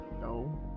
No